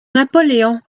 napoléon